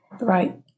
right